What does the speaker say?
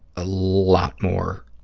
a lot more